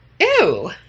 Ew